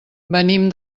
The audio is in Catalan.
venim